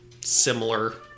similar